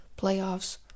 playoffs